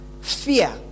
fear